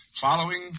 following